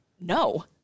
no